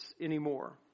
anymore